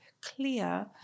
clear